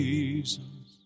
Jesus